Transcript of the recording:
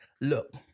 look